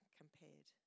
compared